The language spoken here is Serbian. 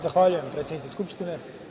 Zahvaljujem predsednice Skupštine.